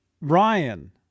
Ryan